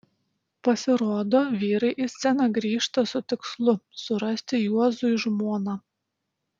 pasirodo vyrai į sceną grįžta su tikslu surasti juozui žmoną